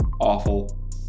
awful